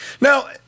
Now